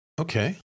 Okay